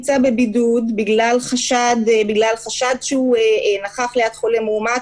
דווקא בגלל חשיבות הנושאים שנמצאים על השולחן התעקשתי שהדיון הזה יתקיים